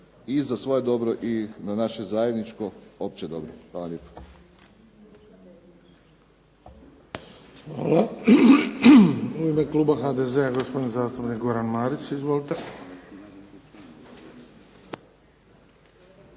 i za svoje dobro i na naše zajedničko opće dobro. Hvala lijepa. **Bebić, Luka (HDZ)** Hvala. U ime kluba HDZ-a gospodin zastupnik Goran Marić. Izvolite.